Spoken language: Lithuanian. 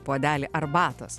puodelį arbatos